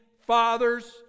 fathers